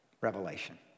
Revelation